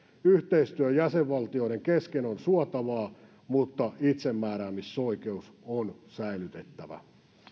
yhteistyö jäsenvaltioiden kesken on suotavaa mutta itsemääräämisoikeus on säilytettävä